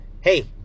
Hey